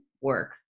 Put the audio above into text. work